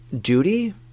duty